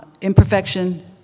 imperfection